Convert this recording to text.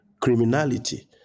criminality